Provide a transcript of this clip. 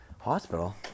hospital